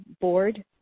board